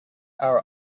our